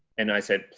and i said,